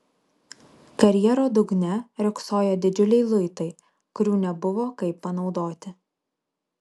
karjero dugne riogsojo didžiuliai luitai kurių nebuvo kaip panaudoti